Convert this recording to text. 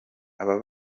abo